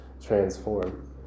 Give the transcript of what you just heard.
transform